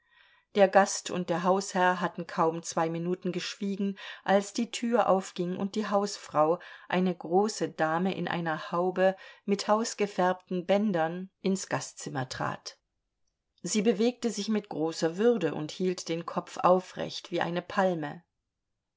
der gast und der hausherr hatten kaum zwei minuten geschwiegen als die tür aufging und die hausfrau eine große dame in einer haube mit hausgefärbten bändern ins gastzimmer trat sie bewegte sich mit großer würde und hielt den kopf aufrecht wie eine palme